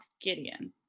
Gideon